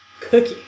Cookie